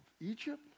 Egypt